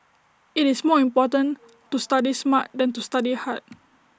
IT is more important to study smart than to study hard